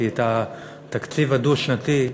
כי את התקציב הדו-שנתי,